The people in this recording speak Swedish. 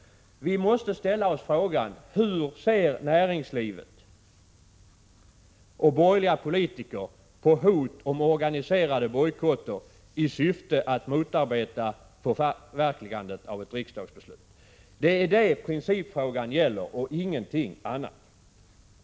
Vi måste ställa oss frågan: Hur ser näringslivet och borgerliga politiker på hot om organiserade bojkotter i syfte att motarbeta förverkligandet av ett riksdagsbeslut? Det är detta principfrågan gäller och ingenting annat.